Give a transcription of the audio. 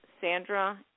Sandra